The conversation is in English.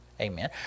Amen